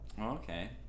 okay